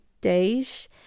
days